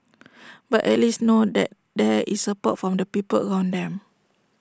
but at least know that there is support from the people around them